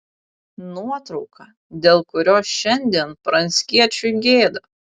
nuotrauka dėl kurios šiandien pranckiečiui gėda